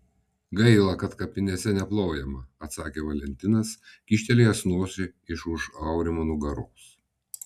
gaila kad kapinėse neplojama atsakė valentinas kyštelėjęs nosį iš už aurimo nugaros